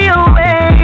away